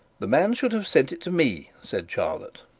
the man should have sent it to me said charlotte.